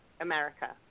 America